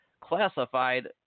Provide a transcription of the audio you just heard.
classified